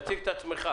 תציג את עצמך,